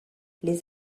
les